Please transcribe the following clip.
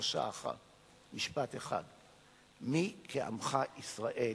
פרשה אחת, משפט אחד: מי כעמך ישראל